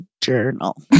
journal